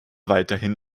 weiterhin